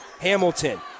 Hamilton